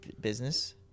Business